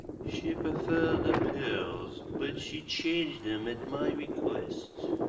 she preferred the pearls, but she changed them at my request.